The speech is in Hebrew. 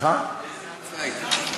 באיזו מפלגה היית,